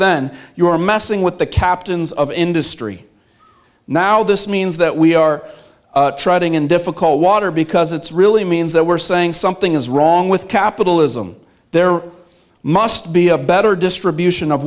then you are messing with the captains of industry now this means that we are trying in difficult water because it's really means that we're saying something is wrong with capitalism there must be a better distribution of